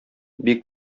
бик